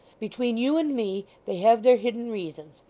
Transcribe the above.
between you and me they have their hidden reasons,